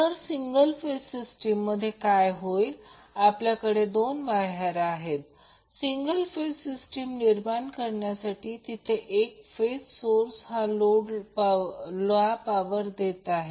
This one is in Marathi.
तर सिंगल फेज सिस्टीम मध्ये काय होईल आपल्याकडे 2 वायर आहेत सिंगल फेज सिस्टीम निर्माण करण्यासाठी तिथे एक फेज सोर्स हा लोडला पॉवर देत आहे